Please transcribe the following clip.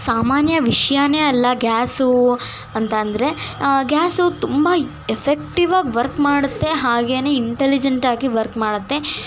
ಸಾಮಾನ್ಯ ವಿಷಯನೇ ಅಲ್ಲ ಗ್ಯಾಸು ಅಂತ ಅಂತಂದರೆ ಗ್ಯಾಸು ತುಂಬ ಎಫೆಕ್ಟಿವಾಗಿ ವರ್ಕ್ ಮಾಡುತ್ತೆ ಹಾಗೆ ಇಂಟಲಿಜೆಂಟಾಗಿ ವರ್ಕ್ ಮಾಡುತ್ತೆ